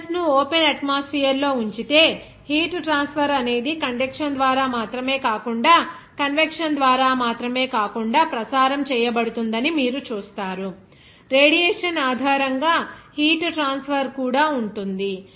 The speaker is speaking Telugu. మెటల్స్ ను ఓపెన్ అట్మోస్ఫియర్ లో ఉంచితేహీట్ ట్రాన్స్ఫర్ అనేది కండెక్షన్ ద్వారా మాత్రమే కాకుండాకన్వెక్షన్ ద్వారా మాత్రమే కాకుండా ప్రసారం చేయబడుతుందని మీరు చూస్తారు రేడియేషన్ ఆధారంగా హీట్ ట్రాన్స్ఫర్ కూడా ఉంటుంది